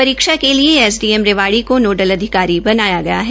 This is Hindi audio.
परीक्षा के लिए एसडीएम रेवाड़ी को नोडल अधिकारी बनाया गया है